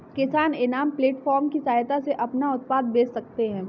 किसान इनाम प्लेटफार्म की सहायता से अपना उत्पाद बेच सकते है